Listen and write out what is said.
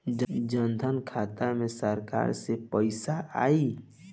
जनधन खाता मे सरकार से पैसा आई?